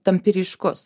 tampi ryškus